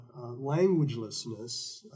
languagelessness